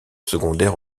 secondaire